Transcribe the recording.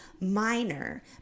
minor